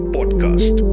Podcast